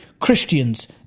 christians